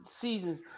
seasons